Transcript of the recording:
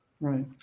right